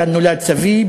כאן נולד סבי,